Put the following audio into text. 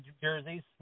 jerseys